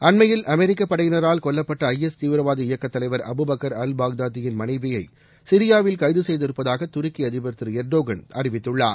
அண்மையில் அமெரிக்க படையினரால் கொல்லப்பட்ட ஐ எஸ் தீவிரவாத இயக்கத்தலைவர் அபுபக்கர் அல் பாக்தாதியின் மனைவியை சிரியாவில் கைது செய்திருப்பதாக துருக்கி அதிபர் திரு எர்டோகன் அறிவித்துள்ளார்